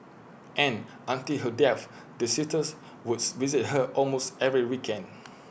and until her death the sisters Woods visit her almost every weekend